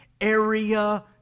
area